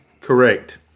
correct